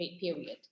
period